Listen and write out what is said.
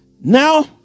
now